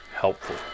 helpful